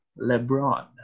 LeBron